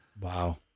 Wow